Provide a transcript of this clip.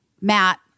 Matt